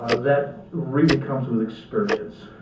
ah that really comes with experience.